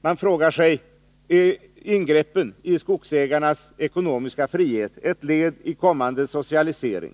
Man frågar sig: Är ingreppen i skogsägarnas ekonomiska frihet ett led i en kommande socialisering?